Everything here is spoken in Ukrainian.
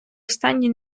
останні